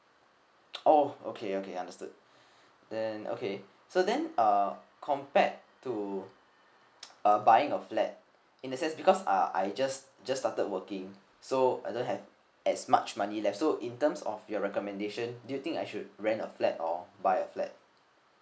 oh okay okay I understood then okay so then uh compared to uh buying a flat in a sense because uh I just just started working so I don't have as much money left so in terms of your recommendation do you think I should rent a flat or buy a flat